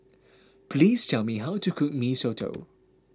please tell me how to cook Mee Soto